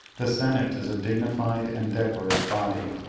the senate is a dignified and decorous body,